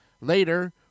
Later